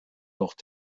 noch